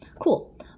Cool